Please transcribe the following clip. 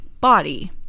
body